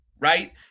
Right